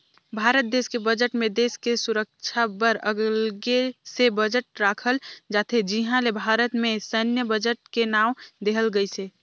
भारत देस के बजट मे देस के सुरक्छा बर अगले से बजट राखल जाथे जिहां ले भारत के सैन्य बजट के नांव देहल गइसे